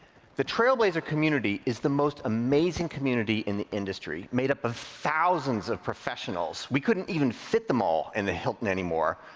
the trail brazier community is the most amazing community in the industry, made up of thousands of professionals. we couldn't even fit them all in the hilton anymore.